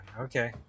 okay